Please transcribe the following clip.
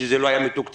שזה לא היה מתוקצב,